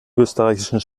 österreichischen